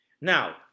Now